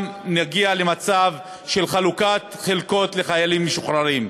נגיע למצב של חלוקת חלקות לחיילים משוחררים.